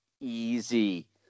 easy